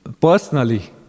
personally